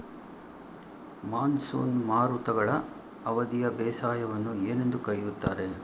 Monsoon ಮಾರುತಗಳ ಅವಧಿಯ ಬೇಸಾಯವನ್ನು ಏನೆಂದು ಕರೆಯುತ್ತಾರೆ?